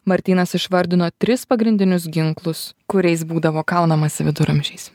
martynas išvardino tris pagrindinius ginklus kuriais būdavo kaunamasi viduramžiais